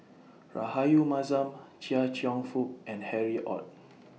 Rahayu Mahzam Chia Cheong Fook and Harry ORD